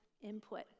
input